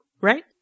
Right